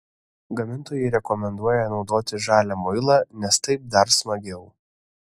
gamintojai rekomenduoja naudoti žalią muilą nes taip dar smagiau